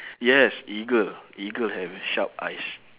yes eagle eagle have sharp eyes